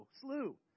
slew